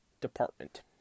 Department